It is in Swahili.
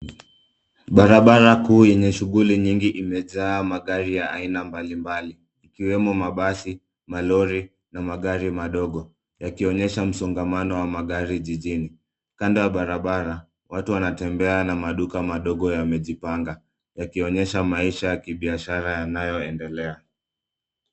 Barabara kuu yenye shughuli nyingi imejaa magari ya aina mbalimbali ikwemo mabasi, malori na magari madogo yakionyesha msongamano wa magari jijini. Kando ya barabara, watu wanatembea na maduka madogo yamejipanga yakionyesha maisha ya kibiashara yanayoendelea.